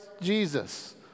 Jesus